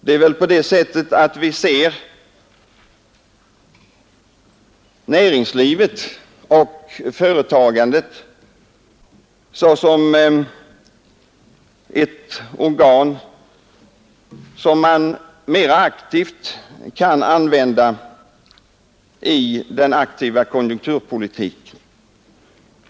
Det är väl på det sättet att vi ser näringslivet och företagandet såsom ett organ som man mera aktivt kan använda i konjunkturpolitiken.